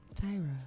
Tyra